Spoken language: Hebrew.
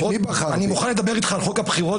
אני מוכן לדבר איתך על חוק הבחירות,